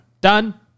Done